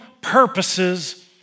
purposes